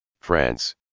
France